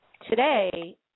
Today